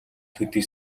төдий